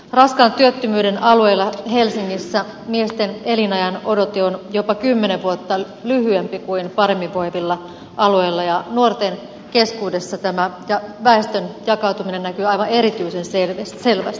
raskaan työttömyyden alueilla helsingissä miesten elinajanodote on jopa kymmenen vuotta lyhyempi kuin paremmin voivilla alueilla ja nuorten keskuudessa tämä väestön jakautuminen näkyy aivan erityisen selvästi